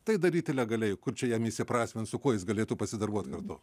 tai daryti legaliai kur čia jam įsiprasmint su kuo jis galėtų pasidarbuot kartu